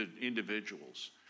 individuals